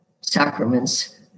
sacraments